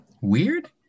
Weird